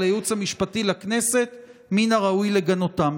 הייעוץ המשפטי לכנסת מן הראוי לגנותם.